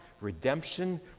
Redemption